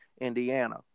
indiana